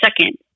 second